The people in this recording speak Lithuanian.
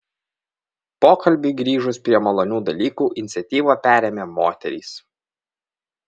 pokalbiui grįžus prie malonių dalykų iniciatyvą perėmė moterys